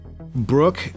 Brooke